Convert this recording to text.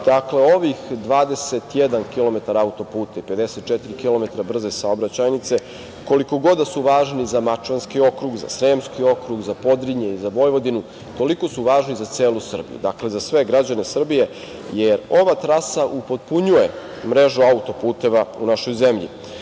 Dakle, ovih 21 km auto-puta i 54 km brze saobraćajnice, koliko god da su važne za Mačvanski okrug, Sremski okrug, za Podrinje i za Vojvodinu, toliko su važni za celu Srbiju, za sve građane Srbije, jer ova trasa upotpunjuje mrežu auto-puteva u našoj zemlji. Mi